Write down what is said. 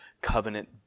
covenant